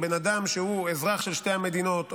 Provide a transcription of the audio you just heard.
אם אדם הוא אזרח של שתי המדינות,